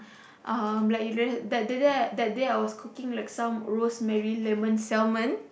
um like you that that that day I that day I was cooking like some rosemary lemon salmon